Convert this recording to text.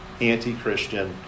anti-Christian